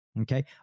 Okay